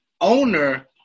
owner